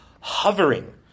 hovering